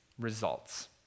results